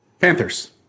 Panthers